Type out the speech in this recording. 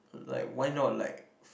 like why not like